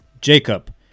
Jacob